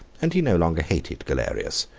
and he no longer hated galerius,